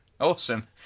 Awesome